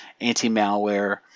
anti-malware